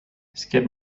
skid